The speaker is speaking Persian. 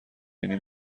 یعنی